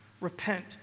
Repent